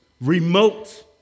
remote